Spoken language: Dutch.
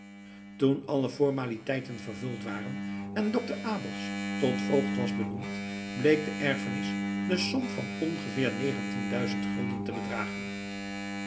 toen alle formaliteiten vervuld waren en dokter abels tot voogd was benoemd bleek de erfenis de som van ongeveer negentien duizend gulden te bedragen